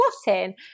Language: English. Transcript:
squatting